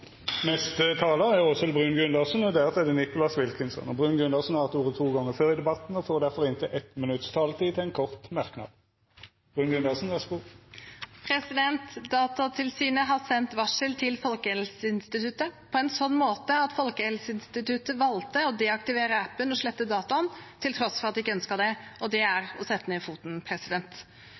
har hatt ordet to gonger tidlegare og får ordet til ein kort merknad, avgrensa til 1 minutt. Datatilsynet har sendt varsel til Folkehelseinstituttet på en sånn måte at Folkehelseinstituttet valgte å deaktivere appen og slette dataene, til tross for at de ikke ønsket det, og det er å sette ned foten.